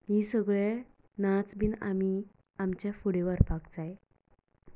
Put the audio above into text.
हे सगळे नाच बी आमीं आमचे फुडें व्हरपाक जाय